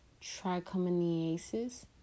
trichomoniasis